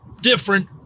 different